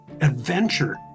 Adventure